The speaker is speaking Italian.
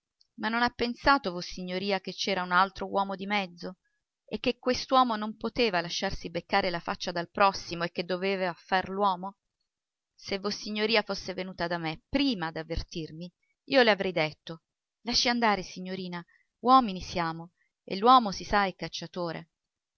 ma non ha pensato vossignoria che c'era un altro uomo di mezzo e che quest'uomo non poteva lasciarsi beccare la faccia dal prossimo e che doveva far l'uomo se vossignoria fosse venuta da me prima ad avvertirmi io le avrei detto lasci andare signorina uomini siamo e l'uomo si sa è cacciatore